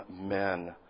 men